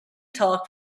talked